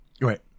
Right